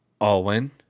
Alwyn